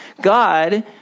God